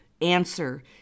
answer